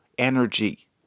energy